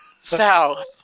south